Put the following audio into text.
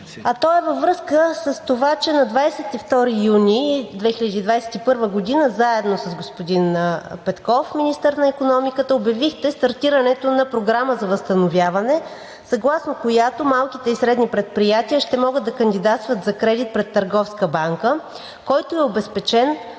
Той е във връзка с това, че на 22 юни 2021 г. заедно с господин Петков – министър на икономиката, обявихте стартирането на Програма за възстановяване, съгласно която малките и средни предприятия ще могат да кандидатстват за кредит пред търговска банка, който е обезпечен